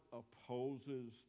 opposes